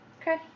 okay